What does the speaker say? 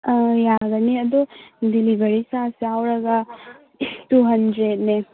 ꯑꯥ ꯌꯥꯒꯅꯤ ꯑꯗꯣ delivery charge ꯌꯥꯎꯔꯒ ꯇꯨ ꯍꯟꯗ꯭ꯔꯦꯗꯅꯦ